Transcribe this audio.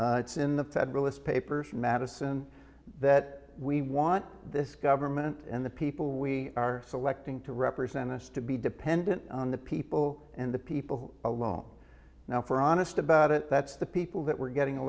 in the federalist papers in madison that we want this government and the people we are selecting to represent us to be dependent on the people and the people alone now for honest about it that's the people that were getting